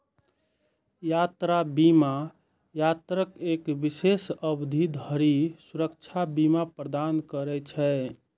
यात्रा बीमा यात्राक एक विशेष अवधि धरि सुरक्षा बीमा प्रदान करै छै